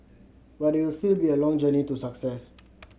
but it will still be a long journey to success